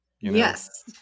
Yes